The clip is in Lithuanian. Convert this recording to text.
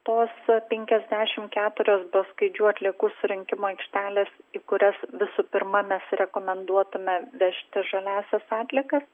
tos penkiasdešim keturios bioskaidžių atliekų surinkimo aikštelės į kurias visų pirma mes rekomenduotume vežti žaliąsias atliekas